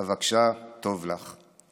אבקשה טוב לך".